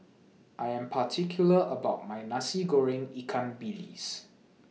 I Am particular about My Nasi Goreng Ikan Bilis